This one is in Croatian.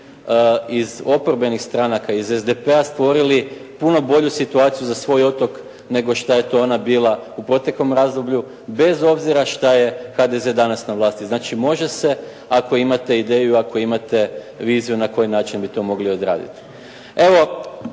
iz oporbenih stranaka iz SDP-a stvorili puno bolju situaciju za svoj otok, nego što je to ona bila u proteklom razdoblju, bez obzira što je danas HDZ na vlasti. Znači može se ako imate ideju i ako imate viziju na koji način bi to mogli odraditi. Evo,